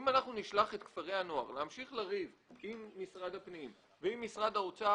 אם אנחנו נשלח את כפרי הנוער להמשיך לריב עם משרד הפנים ועם משרד האוצר,